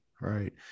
Right